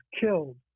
killed